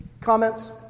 comments